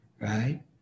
right